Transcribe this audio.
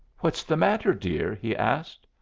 what's the matter, dear? he asked.